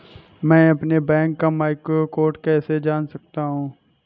मैं अपने बैंक का मैक्रो कोड कैसे जान सकता हूँ?